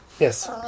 yes